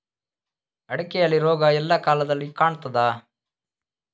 ಅಡಿಕೆಯಲ್ಲಿ ರೋಗ ಎಲ್ಲಾ ಕಾಲದಲ್ಲಿ ಕಾಣ್ತದ?